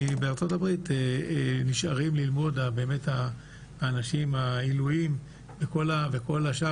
כי בארה"ב נשארים ללמוד באמת העילויים וכל השאר